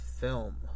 film